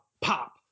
pop